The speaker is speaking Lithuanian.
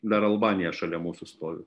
dar albanija šalia mūsų stovi